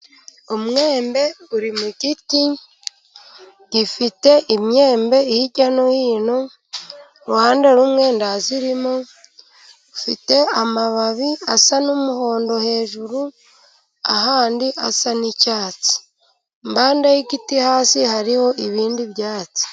Umwembe uri mu giti, gifite imyembe hirya no hino. Uruhande rumwe ntayirimo, ufite amababi asa n'umuhondo hejuru, ahandi asa n'icyatsi. Impande y'igiti hasi hariho ibindi byatsi.